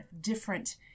different